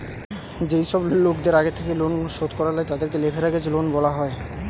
যেই সব লোকদের আগের থেকেই লোন শোধ করা লাই, তাদেরকে লেভেরাগেজ লোন বলা হয়